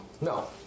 No